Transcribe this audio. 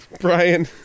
Brian